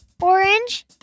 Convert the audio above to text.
orange